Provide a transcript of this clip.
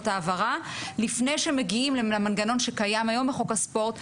העברה לפני שמגיעים למנגנון שקיים היום בחוק הספורט,